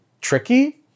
tricky